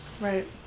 Right